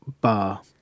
Bar